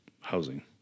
housing